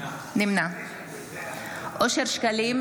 נמנע אושר שקלים,